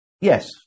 Yes